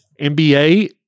NBA